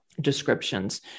descriptions